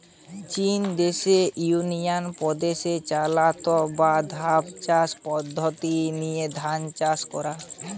চিন দেশের ইউনান প্রদেশে চাতাল বা ধাপ চাষের পদ্ধোতি লিয়ে ধান চাষ কোরা